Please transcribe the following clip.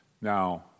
Now